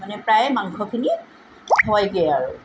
মানে প্ৰায় মাংসখিনি হয়গৈ আৰু